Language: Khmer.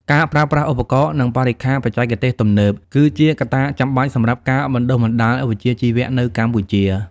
ការប្រើប្រាស់ឧបករណ៍ និងបរិក្ខារបច្ចេកទេសទំនើបគឺជាកត្តាចាំបាច់សម្រាប់ការបណ្តុះបណ្តាលវិជ្ជាជីវៈនៅកម្ពុជា។